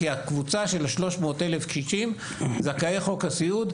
כי הקבוצה של ה-300 אלף קשישים זכאי חוק הסיעוד,